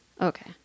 okay